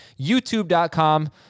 youtube.com